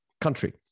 country